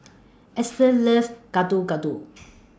Ester loves Getuk Getuk